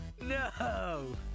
no